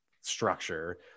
structure